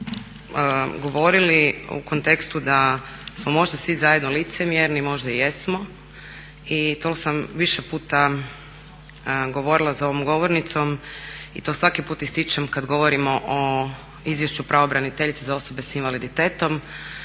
mene govorili u kontekstu da smo možda svi zajedno licemjerni, možda jesmo, i to sam više puta govorila za ovom govornicom i to svaki put ističem kad govorimo o Izvješću pravobraniteljice za osobe s invaliditetom